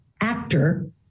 actor